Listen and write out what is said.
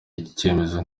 icyemezo